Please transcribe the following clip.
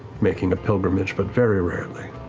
making a pilgrimage, but very rarely.